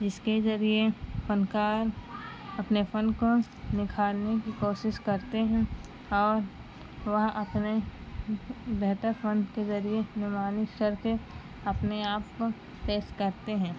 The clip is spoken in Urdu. جس کے ذریعے فنکار اپنے فن کو نکھارنے کی کوشش کرتے ہیں اور وہ اپنے بہتر فن کے ذریعے نمائش کر کے اپنے آپ کو پیش کرتے ہیں